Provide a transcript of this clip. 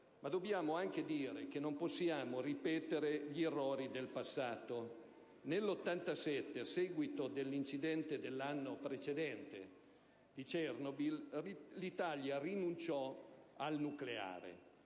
ma dobbiamo anche dire che non possiamo ripetere gli errori del passato: nel 1987, a seguito dell'incidente di Chernobyl dell'anno precedente, l'Italia rinunciò al nucleare;